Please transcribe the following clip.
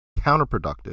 counterproductive